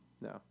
No